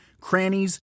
crannies